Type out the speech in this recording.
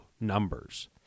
numbers